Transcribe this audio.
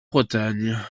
bretagne